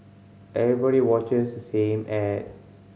everybody watches the same ad